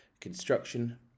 ...construction